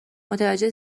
متوجه